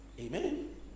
Amen